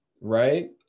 right